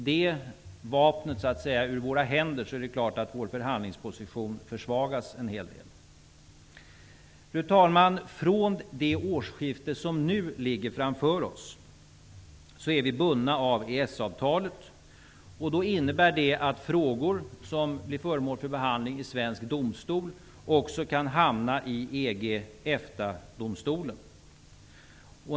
Om det vapnet slits ur våra händer är det klart att vår förhandlingsposition försvagas en hel del. Fru talman! Från och med det årsskifte som nu ligger framför oss är vi bundna av EES-avtalet. Det innebär att frågor som blir föremål för behandling i svensk domstol också kan hamna i EG/EFTA domstolen.